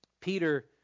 Peter